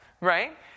right